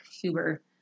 Huber